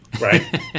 right